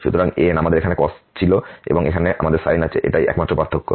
সুতরাং an আমাদের এখানে cos ছিল এবং এখন আমাদের সাইন আছে এটাই একমাত্র পার্থক্য